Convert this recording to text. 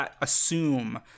assume